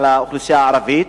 על האוכלוסייה הערבית.